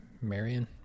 Marion